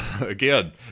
again